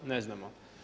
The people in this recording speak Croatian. Ne znamo.